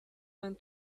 went